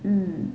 mm